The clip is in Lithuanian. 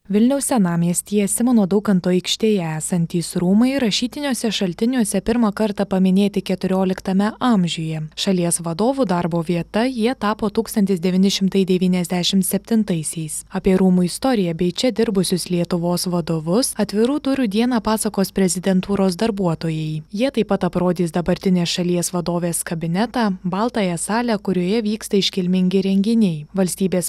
vilniaus senamiestyje simono daukanto aikštėje esantys rūmai rašytiniuose šaltiniuose pirmą kartą paminėti keturioliktame amžiuje šalies vadovų darbo vieta jie tapo tūkstantis devyni šimtai devyniasdešim septintaisiais apie rūmų istoriją bei čia dirbusius lietuvos vadovus atvirų durų dieną pasakos prezidentūros darbuotojai jie taip pat aprodys dabartinės šalies vadovės kabinetą baltąją salę kurioje vyksta iškilmingi renginiai valstybės